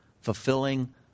Fulfilling